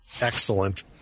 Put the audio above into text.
Excellent